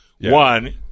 one